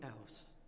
else